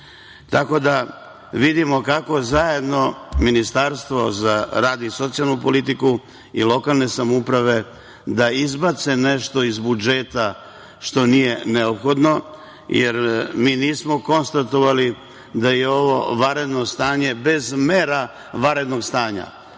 da vidimo kako zajedno Ministarstvo za rad i socijalnu politiku i lokalne samouprave da izbace nešto iz budžeta što nije neophodno jer mi nismo konstatovali da je ovo vanredno stanje bez mera vanrednog stanja,